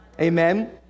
Amen